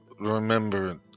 Remember